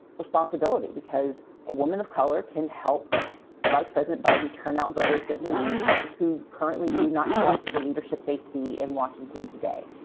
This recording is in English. responsibility because a woman of color can help vice president biden turn out voters that he needs who currently do not trust the leadership they see in washington today.